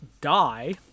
die